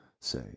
say